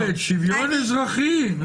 אל"ף-בי"ת, שוויון אזרחי.